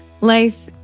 Life